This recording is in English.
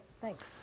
thanks